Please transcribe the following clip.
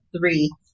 three